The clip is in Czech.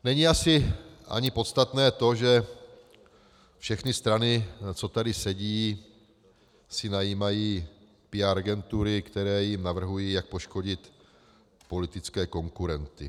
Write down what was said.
Není asi ani podstatné to, že všechny strany, co tady sedí, si najímají PR agentury, které jim navrhují, jak poškodit politické konkurenty.